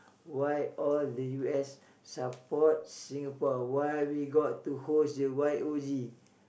why all the U_S supports Singapore why we got to host the Y_O_G